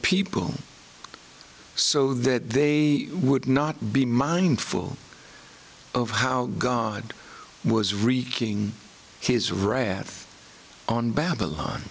people so that they would not be mindful of how god was wreaking his wrath on babylon